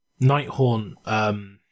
Nighthorn